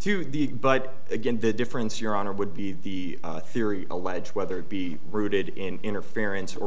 to the it but again the difference your honor would be the theory alleged whether it be rooted in interference or